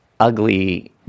ugly